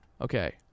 Okay